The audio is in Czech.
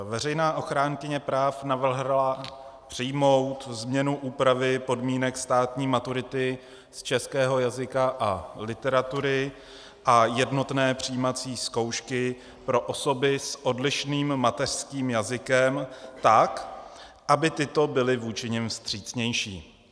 Veřejná ochránkyně práv navrhla přijmout změnu úpravy podmínek státní maturity z českého jazyka a literatury a jednotné přijímací zkoušky pro osoby s odlišným mateřským jazykem tak, aby tyto byly vůči nim vstřícnější.